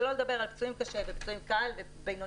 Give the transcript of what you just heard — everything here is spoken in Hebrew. שלא לדבר על פצועים קשה ופצועים קל ובינוני,